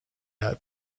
out